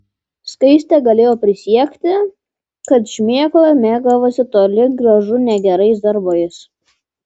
skaistė galėjo prisiekti kad šmėkla mėgavosi toli gražu ne gerais darbais